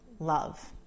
love